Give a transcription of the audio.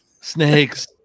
Snakes